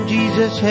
Jesus